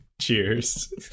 Cheers